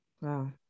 Wow